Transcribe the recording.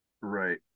Right